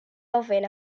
ofyn